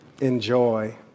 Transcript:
enjoy